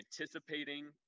anticipating